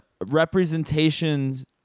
representations